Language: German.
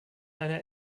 einer